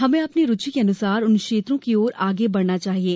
हमें अपनी रूचि के अनुसार उन क्षेत्रों की ओर बढ़ना चाहिये